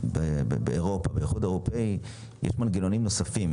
באיחוד האירופי יש מנגנונים נוספים